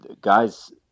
guys